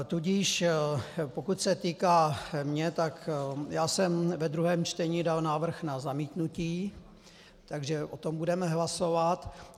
Tudíž pokud se týká mě, tak já jsem ve druhém čtení dal návrh na zamítnutí, takže o tom budeme hlasovat.